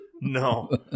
No